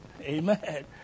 Amen